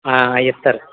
అవి ఇస్తారు